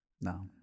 No